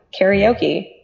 karaoke